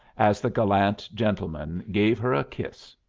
as the gallant gentleman gave her a kiss.